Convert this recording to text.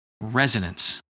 resonance